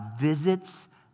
visits